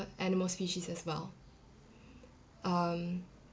animal species as well um